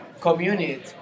community